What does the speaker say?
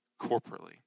corporately